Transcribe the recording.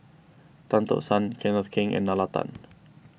Tan Tock San Kenneth Keng and Nalla Tan